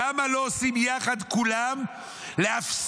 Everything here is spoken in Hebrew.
למה לא עושים יחד כולם להפסיק